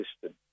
system